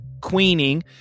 queening